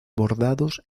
bordados